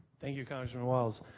thank you congressman walz.